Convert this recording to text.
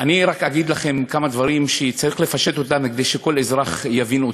אני רק אגיד לכם כמה דברים שצריך לפשט כדי שכל אזרח יבין.